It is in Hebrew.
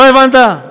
לא הבנת?